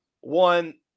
One